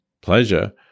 pleasure